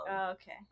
Okay